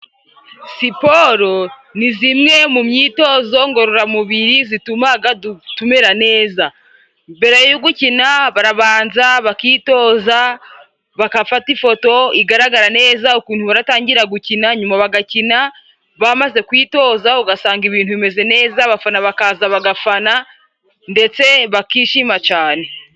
Siporo ni zimwe mu myitozo ngororamubiri zitumatumaga tumera neza. Mbere yo gukina barabanza bakitoza bagafata ifoto igaragara neza ukuntu batangira gukina, nyuma bagakina bamaze kwitoza, ugasanga ibintu bimeze neza, abafana bakaza bagafana ndetse bakishima cyane.